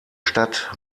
stadt